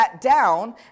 down